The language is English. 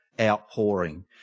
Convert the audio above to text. outpouring